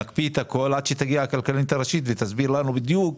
נקפיא את הכול עד שתגיע הכלכלנית הראשית ותסביר לנו בדיוק